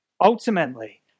Ultimately